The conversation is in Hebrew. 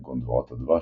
כגון דבורת הדבש,